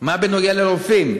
מה בנוגע לרופאים?